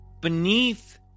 beneath